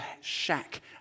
shack